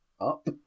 up